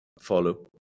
Follow